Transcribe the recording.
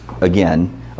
again